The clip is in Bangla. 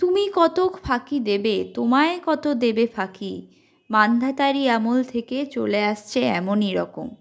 তোমায় কতক ফাঁকি দেবে তুমিও কতক দেবে ফাঁকি মান্ধাতারই আমল থেকে চলে আসছে এমনি রকম